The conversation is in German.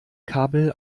kabel